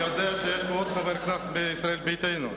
אני יודע שיש פה עוד חבר כנסת מישראל ביתנו.